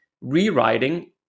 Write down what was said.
rewriting